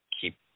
keep